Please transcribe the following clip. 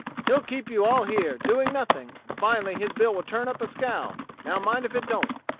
he'll keep you all here, doing nothing, and finally his bill will turn up a skow now mind if it don't.